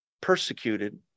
persecuted